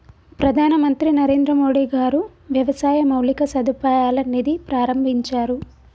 ప్రధాన మంత్రి నరేంద్రమోడీ గారు వ్యవసాయ మౌలిక సదుపాయాల నిధి ప్రాభించారు